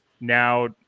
now